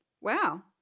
wow